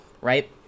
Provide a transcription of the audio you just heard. right